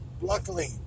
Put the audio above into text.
luckily